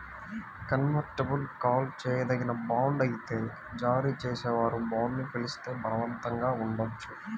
convertible call చేయదగిన bond అయితే జారీ చేసేవారు బాండ్ని పిలిస్తే బలవంతంగా ఉండవచ్చు